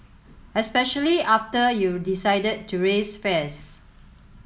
especially after you decided to raise fares